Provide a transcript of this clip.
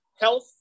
health